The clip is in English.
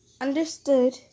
understood